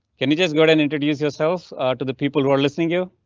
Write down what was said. can you just go and introduce yourself to the people who are listening you?